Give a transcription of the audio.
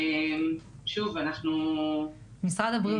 משרד הבריאות,